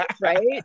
Right